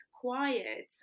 quiet